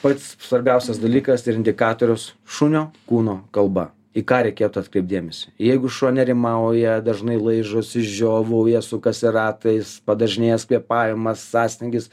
pats svarbiausias dalykas ir indikatoriaus šunio kūno kalba į ką reikėtų atkreipt dėmesį jeigu šuo nerimauja dažnai laižosi žiovauja sukasi ratais padažnėjęs kvėpavimas sąstingis